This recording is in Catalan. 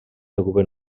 ocupen